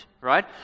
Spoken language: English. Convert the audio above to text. right